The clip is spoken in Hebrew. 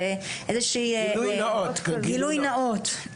זה גילוי נאות.